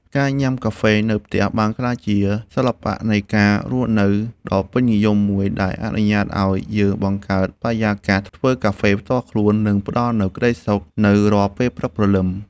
ការញ៉ាំកាហ្វេនៅផ្ទះ បានក្លាយជាសិល្បៈនៃការរស់នៅដ៏ពេញនិយមមួយ ដែលអនុញ្ញាតឱ្យយើងបង្កើតបរិយាកាសធ្វើកាហ្វេផ្ទាល់ខ្លួន និងផ្ដល់នូវក្ដីសុខនៅរាល់ពេលព្រឹកព្រលឹម។